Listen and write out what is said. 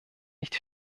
nicht